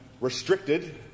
restricted